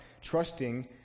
trusting